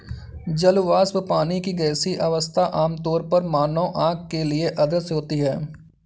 जल वाष्प, पानी की गैसीय अवस्था, आमतौर पर मानव आँख के लिए अदृश्य होती है